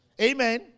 Amen